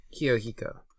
kiyohiko